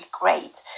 great